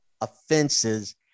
offenses